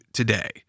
today